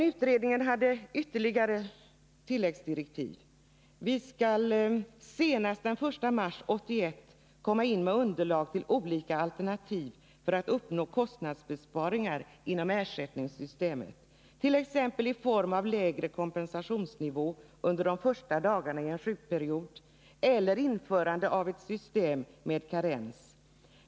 Utredningen har ytterligare tilläggsdirektiv. Den skall senast den 1 mars 1981 komma in med underlag till olika alternativ för att uppnå kostnadsbesparingar inom ersättningssystemet, t.ex. i form av lägre kompensationsnivå under de första dagarna av en sjukperiod eller införande av ett system med karens.